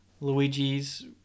Luigi's